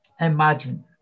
imagine